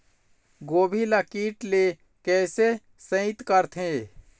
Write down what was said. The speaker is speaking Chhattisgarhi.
गोभी ल कीट ले कैसे सइत करथे?